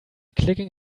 clicking